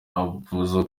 avuga